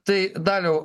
tai daliau